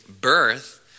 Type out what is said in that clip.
birth